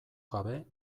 gabe